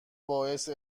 باعث